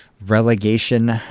relegation